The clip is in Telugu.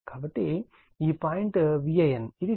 కాబట్టి ఈ పాయింట్ VAN ఇది ఫేజ్ వోల్టేజ్